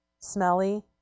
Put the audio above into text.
smelly